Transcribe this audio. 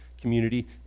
community